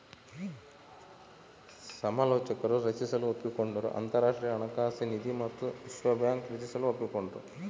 ಸಮಾಲೋಚಕರು ರಚಿಸಲು ಒಪ್ಪಿಕೊಂಡರು ಅಂತರಾಷ್ಟ್ರೀಯ ಹಣಕಾಸು ನಿಧಿ ಮತ್ತು ವಿಶ್ವ ಬ್ಯಾಂಕ್ ರಚಿಸಲು ಒಪ್ಪಿಕೊಂಡ್ರು